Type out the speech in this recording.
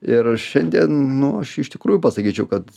ir šiandien nu aš iš tikrųjų pasakyčiau kad